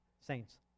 saints